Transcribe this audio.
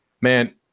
man